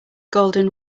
golden